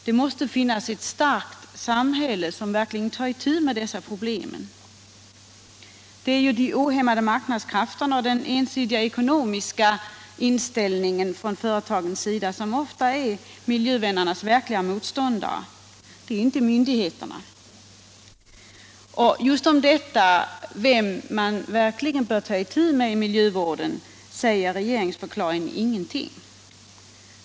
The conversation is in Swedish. Det måste finnas ett starkt samhälle som verkligen tar itu med dessa problem, ty det är ju de ohämmade marknadskrafterna och den ensidiga ekonomiska inställningen från företagens sida som ofta är miljövännernas verkliga motståndare. Det är inte myndigheterna. Just om detta — vem man verkligen bör ta itu med i miljövården — säger regeringsförklaringen ingenting.